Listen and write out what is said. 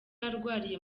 arwariye